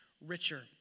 richer